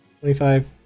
twenty-five